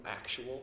actual